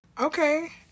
Okay